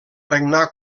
regnar